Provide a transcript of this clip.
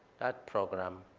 that program